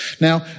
Now